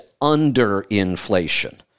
underinflation